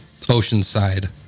Oceanside